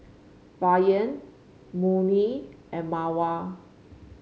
Rayyan Murni and Mawar